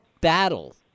battle